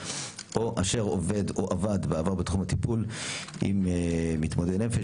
אשר עובד או עבד בעבר בתחום הטיפול עם מתמודדי נפש,